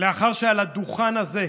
לאחר שעל הדוכן הזה,